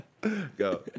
Go